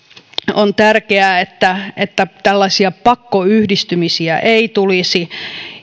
on tärkeää että että tällaisia pakkoyhdistymisiä ei tulisi